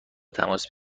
تماس